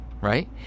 right